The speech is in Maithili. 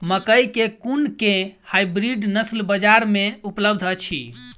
मकई केँ कुन केँ हाइब्रिड नस्ल बजार मे उपलब्ध अछि?